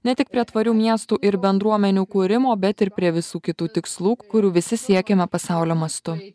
ne tik prie tvarių miestų ir bendruomenių kūrimo bet ir prie visų kitų tikslų kurių visi siekiama pasaulio mastu